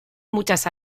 muchas